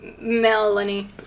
Melanie